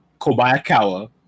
Kobayakawa